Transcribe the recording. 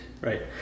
Right